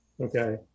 okay